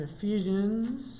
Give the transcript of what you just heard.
Ephesians